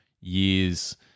years